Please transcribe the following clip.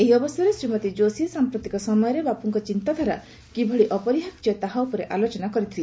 ଏହି ଅବସରରେ ଶ୍ରୀମତୀ ଯୋଶୀ ସାମ୍ପ୍ରତିକ ସମୟରେ ବାପୁଙ୍କ ଚିନ୍ତାଧାରା କିଭଳି ଅପରିହାର୍ଯ୍ୟ ତାହା ଉପରେ ବିଶେଷଭାବେ ଆଲୋଚନା କରିଥିଲେ